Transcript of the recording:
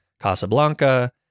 Casablanca